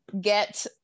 get